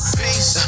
peace